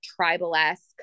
tribal-esque